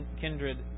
kindred